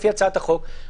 לפי הצעת החוק,